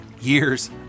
years